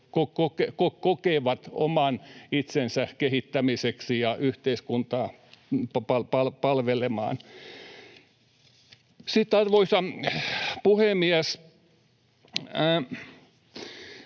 kokevat oman itsensä kehittämiseksi ja yhteiskuntaa palvelemaan. Sitten, arvoisa puhemies,